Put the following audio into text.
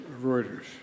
Reuters